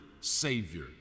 Savior